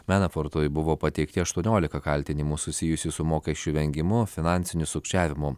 menofortui buvo pateikti aštuoniolika kaltinimų susijusių su mokesčių vengimu finansiniu sukčiavimu